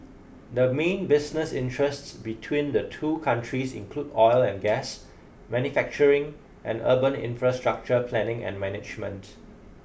the main business interests between the two countries include oil and gas manufacturing and urban infrastructure planning and management